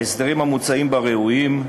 ההסדרים המוצעים בה ראויים,